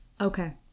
Okay